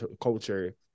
culture